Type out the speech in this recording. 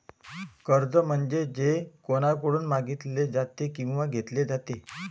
कर्ज म्हणजे जे कोणाकडून मागितले जाते किंवा घेतले जाते